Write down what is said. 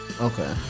Okay